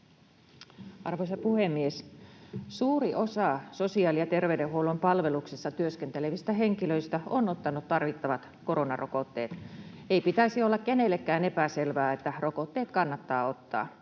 Arvoisa puhemies! Suuri osa sosiaali‑ ja terveydenhuollon palveluksessa työskentelevistä henkilöistä on ottanut tarvittavat koronarokotteet. Ei pitäisi olla kenellekään epäselvää, että rokotteet kannattaa ottaa.